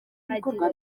ibikorwa